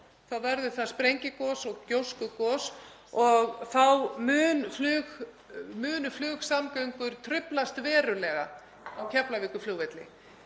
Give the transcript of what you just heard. þá verður það sprengigos og gjóskugos og þá munu flugsamgöngur truflast verulega á Keflavíkurflugvelli.